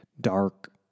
dark